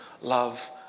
love